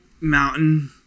mountain